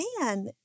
man